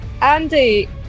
Andy